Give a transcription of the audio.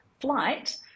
Flight